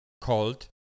called